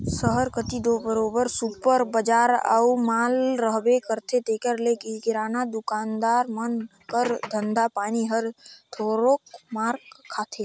सहर कती दो बरोबेर सुपर बजार अउ माल रहबे करथे तेकर ले किराना दुकानदार मन कर धंधा पानी हर थोरोक मार खाथे